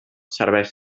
serveix